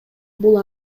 бул